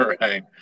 right